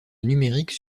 numériques